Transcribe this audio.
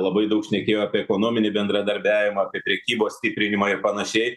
labai daug šnekėjo apie ekonominį bendradarbiavimą apie prekybos stiprinimą ir panašiai